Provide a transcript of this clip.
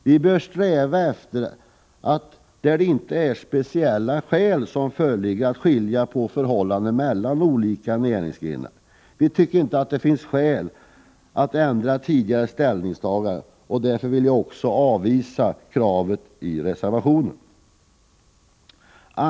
Vi bör sträva efter att, där speciella skäl inte föreligger, ha samma förhållanden för olika näringsgrenar. Vi tycker inte att det finns skäl att här ändra tidigare ställningstaganden. Därför vill jag också avvisa detta reservationskrav.